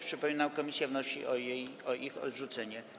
Przypominam, komisja wnosi o ich odrzucenie.